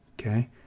okay